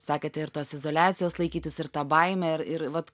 sakėte ir tos izoliacijos laikytis ir ta baimė ir ir vat